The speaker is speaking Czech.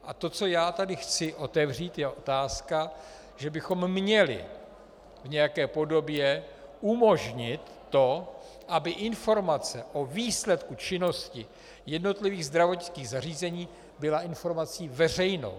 A to, co tady chci otevřít, je otázka, že bychom měli v nějaké podobě umožnit to, aby informace o výsledku činnosti jednotlivých zdravotnických zařízení byla informací veřejnou.